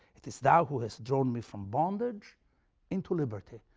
it is thou who hast drawn me from bondage into liberty.